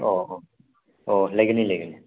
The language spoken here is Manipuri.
ꯑꯣ ꯍꯣ ꯑꯣ ꯂꯩꯒꯅꯤ ꯂꯩꯒꯅꯤ